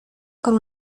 con